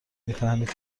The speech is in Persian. میفهمید